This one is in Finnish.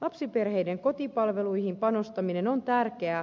lapsiperheiden kotipalveluihin panostaminen on tärkeää